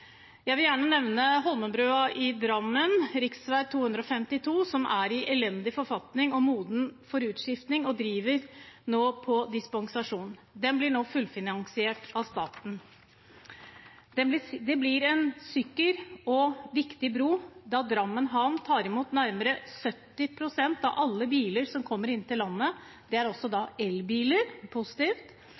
Jeg vil gjerne nevne Holmenbrua i Drammen, tidligere rv. 282, som er i elendig forfatning, er moden for utskiftning og drives på dispensasjon. Den blir nå fullfinansiert av staten. Det blir en sikker og viktig bro, da Drammen havn tar imot nærmere 70 pst. av alle biler som kommer inn til landet. Det er også elbiler – positivt.